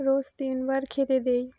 রোজ তিনবার খেতে দিই